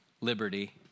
liberty